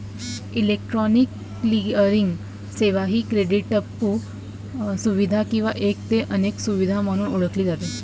electronic clearing सेवा ही क्रेडिटपू सुविधा किंवा एक ते अनेक सुविधा म्हणून ओळखली जाते